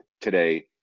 today